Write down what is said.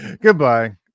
Goodbye